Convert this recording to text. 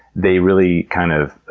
they really, kind of,